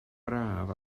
braf